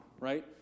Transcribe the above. Right